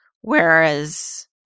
Whereas